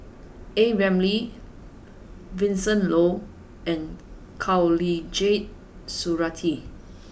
a Ramli Vincent Leow and Khatijah Surattee